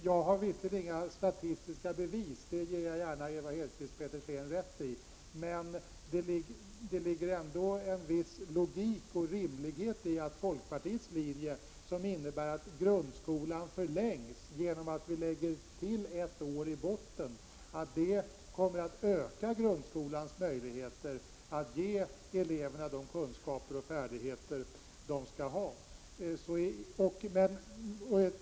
Jag har visserligen inga statistiska bevis; det ger jag gärna Ewa Hedkvist Petersen rätt i. Men det ligger ändå en viss logik och rimlighet i folkpartiets linje, som innebär att grundskolan förlängs genom ytterligare ett år i botten. Det kommer nämligen att öka grundskolans möjligheter att ge eleverna de kunskaper och färdigheter som de skall ha.